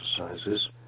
exercises